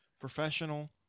Professional